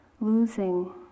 losing